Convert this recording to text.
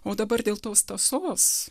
o dabar dėl tos tąsos